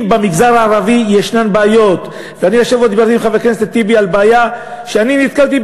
אם במגזר הערבי יש בעיות, ואני דיברתי